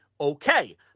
okay